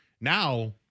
Now